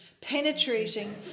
penetrating